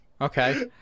okay